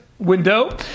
window